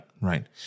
right